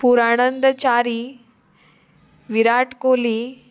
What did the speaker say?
पुराणंद च्यारी विराट कोहली